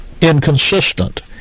inconsistent